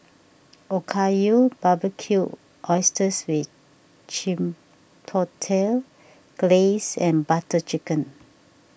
Okayu Barbecued Oysters with Chipotle Glaze and Butter Chicken